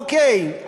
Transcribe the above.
אוקיי,